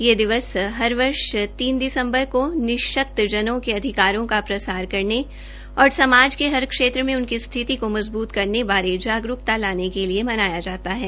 यह दिन हर वर्ष तीन दिसम्बर को निशक्तजनों के अधिकारों का प्रसार करने और समाज के हर क्षेत्र में उनकी स्थिति को मजबूत करने बारे जागरूकता लाने के लिए मनाया जाता है